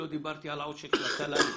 לא דיברתי על העושק של התל"נים.